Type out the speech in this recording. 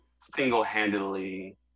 single-handedly